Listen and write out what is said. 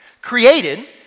created